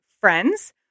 friends